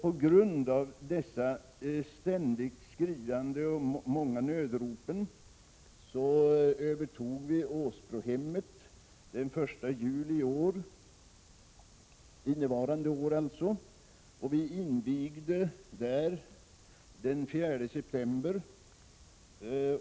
På grund av dessa många och ständigt skriande nödrop övertog vi Åsbrohemmet den 1 juli i år. Vi invigde vår verksamhet där den 4 september.